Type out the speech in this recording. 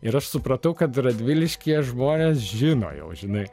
ir aš supratau kad radviliškyje žmonės žino jau žinai